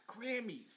Grammys